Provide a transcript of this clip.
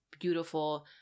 beautiful